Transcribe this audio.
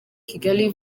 kigali